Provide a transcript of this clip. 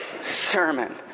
sermon